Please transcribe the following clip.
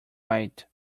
light